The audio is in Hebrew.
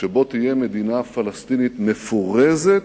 שבו תהיה מדינה פלסטינית מפורזת,